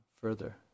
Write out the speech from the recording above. further